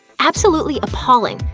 absolutely appalling!